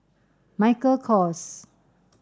Michael Kors